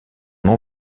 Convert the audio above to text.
nom